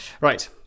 right